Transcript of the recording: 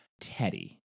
Teddy